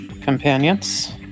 Companions